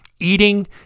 eating